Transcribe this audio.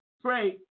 pray